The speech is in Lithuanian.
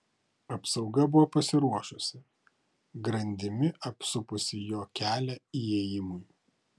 apsauga buvo pasiruošusi grandimi apsupusi jo kelią įėjimui